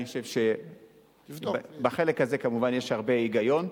אני חושב שבחלק הזה, כמובן, יש הרבה היגיון,